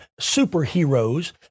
superheroes